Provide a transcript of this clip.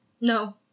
No